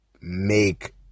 make